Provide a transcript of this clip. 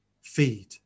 feed